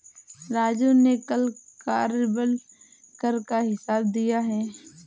राजू ने कल कार्यबल कर का हिसाब दिया है